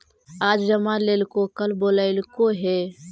आज जमा लेलको कल बोलैलको हे?